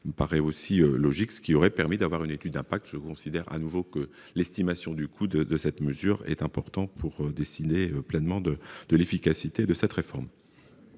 me paraît aussi logique, ce qui aurait permis d'avoir une étude d'impact, je considère à nouveau que l'estimation du coût de cette mesure est important pour décider pleinement de de l'efficacité de cette réforme.